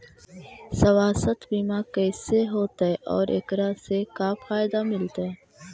सवासथ बिमा कैसे होतै, और एकरा से का फायदा मिलतै?